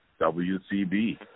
WCB